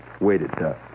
waited